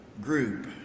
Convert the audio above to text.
group